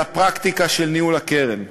על הפרקטיקה של ניהול הקרן.